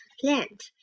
plant